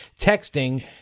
texting